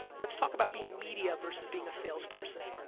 let's talk about being media verses being a salesperson.